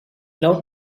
loved